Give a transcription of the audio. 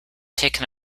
taken